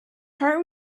heart